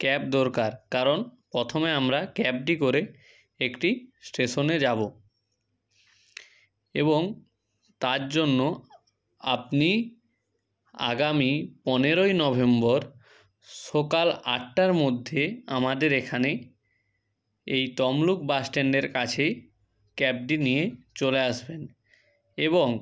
cab দরকার কারণ প্রথমে আমরা ক্যাবটি করে একটি স্টেশনে যাবো এবং তার জন্য আপনি আগামী পনেরোই নভেম্বর সকাল আটার মধ্যে আমাদের এখানে এই তমলুক বাস স্ট্যান্ডের কাছেই ক্যাবটি নিয়ে চলে আসবেন এবং